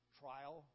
trial